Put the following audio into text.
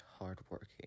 hard-working